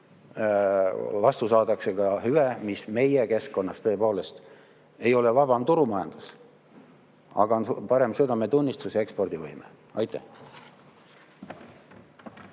vastu saadakse ka hüve, mis meie keskkonnas tõepoolest ei ole vabam turumajandus, aga on parem südametunnistus ja ekspordivõime. Aitäh!